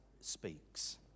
speaks